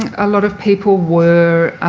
a lot of people were